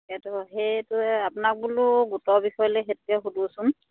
সেইটো সেইটোৱে আপোনাক বোলো গোটৰ বিষয়লৈ সেইটোকে সোধোচোন